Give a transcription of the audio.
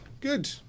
good